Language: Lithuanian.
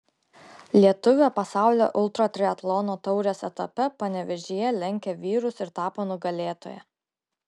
lietuvė pasaulio ultratriatlono taurės etape panevėžyje lenkė vyrus ir tapo nugalėtoja